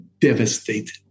devastated